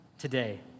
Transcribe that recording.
Today